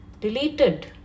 deleted